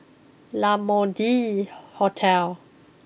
La Mode Hotel